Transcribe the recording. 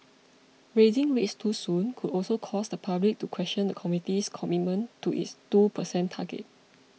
raising rates too soon could also cause the public to question the committee's commitment to its two percent target